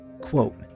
quote